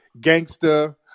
gangster